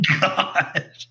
God